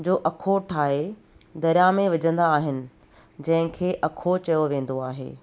जो अख़ो ठाहे दरिया में विझंदा आहिनि जंहिंखे अख़ो चयो वेंदो आहे